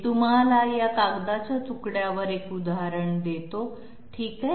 मी तुम्हाला या कागदाच्या तुकड्यावर एक उदाहरण देतो ठीक आहे